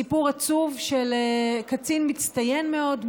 סיפור עצוב של קצין מצטיין מאוד,